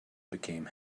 became